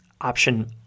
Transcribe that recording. Option